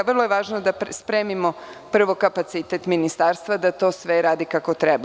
Vrlo je važno da spremimo prvo kapacitet Ministarstva da to sve radi kako treba.